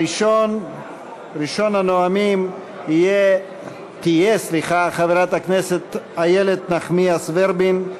ראשונת הנואמים תהיה חברת הכנסת איילת נחמיאס ורבין.